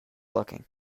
looking